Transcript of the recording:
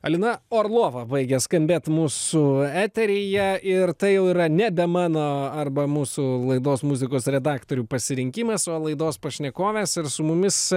alina orlova baigia skambėt mūsų eteryje ir tai jau yra nebe mano arba mūsų laidos muzikos redaktorių pasirinkimas o laidos pašnekovės ir su mumis